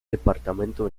departamento